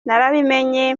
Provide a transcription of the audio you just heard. narabimenye